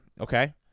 Okay